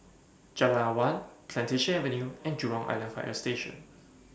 Jalan Awan Plantation Avenue and Jurong Island Fire Station